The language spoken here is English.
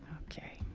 ok.